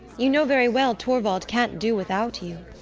you know very well torvald can't do without you.